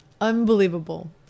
Unbelievable